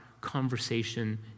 conversation